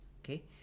Okay